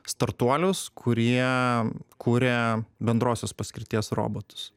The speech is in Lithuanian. startuolius kurie kuria bendrosios paskirties robotus